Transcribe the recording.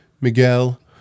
Miguel